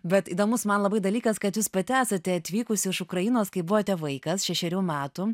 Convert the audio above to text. bet įdomus man labai dalykas kad jūs pati esate atvykus iš ukrainos kai buvote vaikas šešerių metų